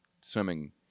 swimming